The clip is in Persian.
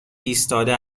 ایستاده